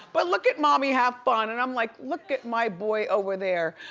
but look at mommy have fun and i'm like, look at my boy over there,